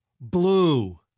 Blue